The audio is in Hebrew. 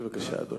בבקשה, אדוני.